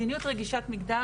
מדיניות רגישת מגדר